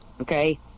okay